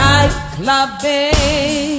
Nightclubbing